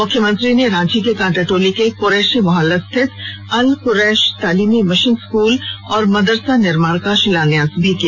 मुख्यमंत्री ने रांची के कांटाटोली के कुरैशी मुहल्ला स्थित अल कुरैश तालीमी मिशन स्कूल और मदरसा निर्माण का शिलान्यास किया